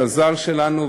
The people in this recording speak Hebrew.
את אלעזר שלנו,